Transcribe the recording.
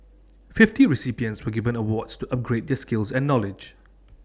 fifty recipients were given awards to upgrade their skills and knowledge